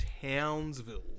Townsville